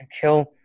kill